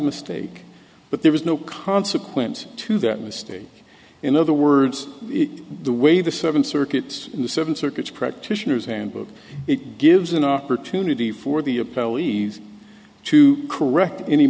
mistake but there was no consequence to that mistake in other words the way the seven circuits in the seven circuits practitioners handbook it gives an opportunity for the a pelleas to correct any